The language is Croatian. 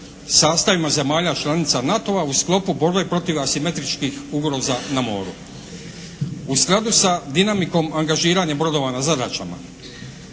sastavima zemalja članica NATO-a u sklopu borbe protiv asimetričkih ugroza na moru. U skladu sa dinamikom angažiranja brodova na zadaćama